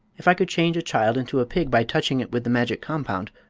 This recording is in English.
if i could change a child into a pig by touching it with the magic compound,